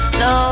no